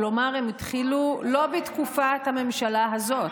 כלומר הם התחילו לא בתקופת הממשלה הזאת.